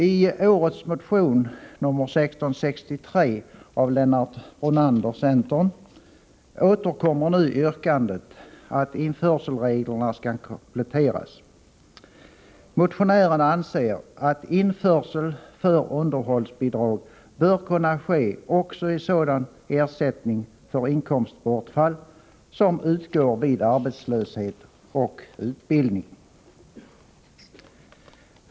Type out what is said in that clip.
I årets motion nr 1663 av Lennart Brunander, centern, återkommer nu yrkandet att införselreglerna skall kompletteras. Motionären anser att 19 införsel för underhållsbidrag bör kunna ske också i sådan ersättning för inkomstbortfall som utgår vid arbetslöshet och utbildning.